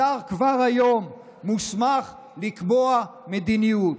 השר כבר היום מוסמך לקבוע מדיניות,